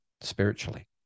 spiritually